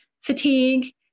fatigue